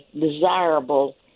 desirable